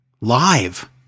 Live